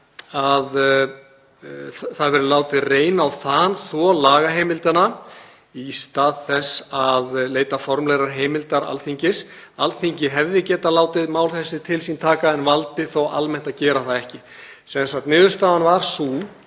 það hafi verið látið reyna á þanþol lagaheimildanna í stað þess að leita formlegrar heimildar Alþingis. Alþingi hefði getað látið mál þessi til sín taka en valdi þó almennt að gera það ekki. Niðurstaðan var sú,